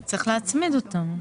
אז צריך להצמיד אותם.